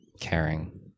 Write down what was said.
caring